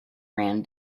ran